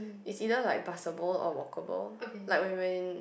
is either like busable or walk able like when when in